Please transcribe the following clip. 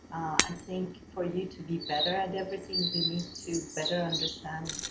i think for you to be better at everything you need to better understand